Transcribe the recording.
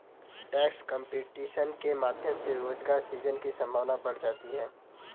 tax competition के माध्यम से रोजगार सृजन की संभावना बढ़ जाती है